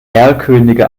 erlkönige